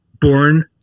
born